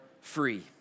free